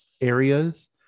areas